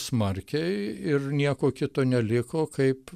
smarkiai ir nieko kito neliko kaip